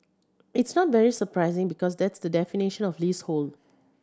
it's not very surprising because that's the definition of leasehold